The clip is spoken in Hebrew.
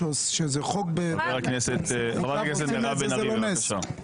חברת הכנסת מירב בן ארי, בבקשה.